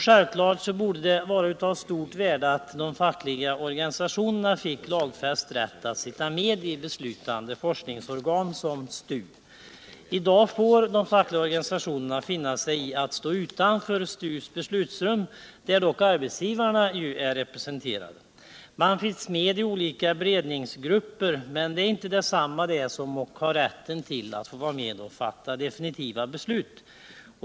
Självfallet är det därför av stort värde att de fackliga organisationernas representanter får lagfäst rätt att sitta med i beslutande forskningsorgan, sådana som STU. I dag får emellertid de fackliga organisationerna finna sig i att stå utanför STU:s beslutsrum, där dock arbetsgivarna är representerade. Fackliga represen tanter finns visserligen med i olika beredningsgrupper, men det är inte detsamma som att de har rätt att vara med om att fatta definitiva beslut.